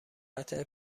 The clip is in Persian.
قتل